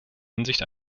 hinsicht